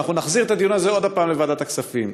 ואנחנו נחזיר את הדיון הזה עוד הפעם לוועדת הכספים,